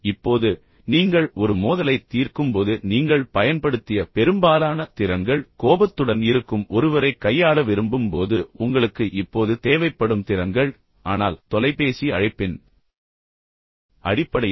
இப்போது நீங்கள் ஒரு மோதலைத் தீர்க்கும்போது நீங்கள் பயன்படுத்திய பெரும்பாலான திறன்கள் கோபத்துடன் இருக்கும் ஒருவரைக் கையாள விரும்பும் போது உங்களுக்கு இப்போது தேவைப்படும் திறன்கள் ஆனால் தொலைபேசி அழைப்பின் அடிப்படையில்